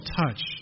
touch